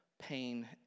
pain